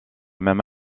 même